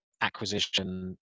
acquisition